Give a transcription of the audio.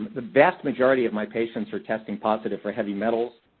the vast majority of my patients are testing positive for heavy metals,